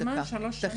זה לאותו זמן שלוש שנים?